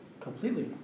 Completely